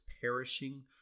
perishing